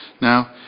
now